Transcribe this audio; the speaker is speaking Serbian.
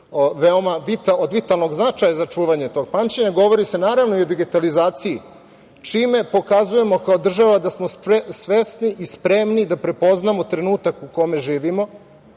od vitalnog značaja za čuvanje tog pamćenja, govori se i o digitalizaciji, čime pokazujemo kao država da smo svesni i spremni da prepoznamo trenutak u kome živimo,